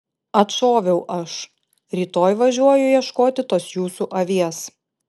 atšoviau aš rytoj važiuoju ieškoti tos jūsų avies